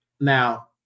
Now